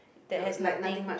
that has nothing